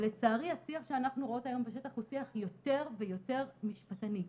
ולצערי השיח שאנחנו רואות היום בשטח הוא שיח יותר ויותר משפטני.